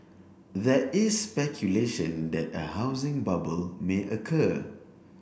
there is speculation that a housing bubble may occur